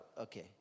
okay